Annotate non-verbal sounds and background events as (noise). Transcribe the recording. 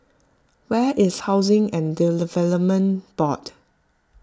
where is Housing and (unintelligible) Board